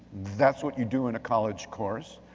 that's what you do in a college course,